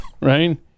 right